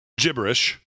Gibberish